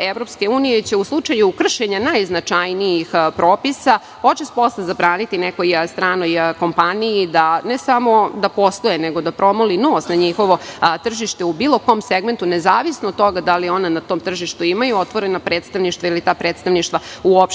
EU će u slučaju najznačajnijih propisa očas posla zabraniti nekoj stranoj kompaniji ne sam da posluje nego da promoli nos na njihovo tržište u bilo kom segmentu, nezavisno od toga da li ona na tom tržištu imaju otvorena predstavništva ili ta predstavništva uopšte